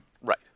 Right